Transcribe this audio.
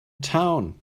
town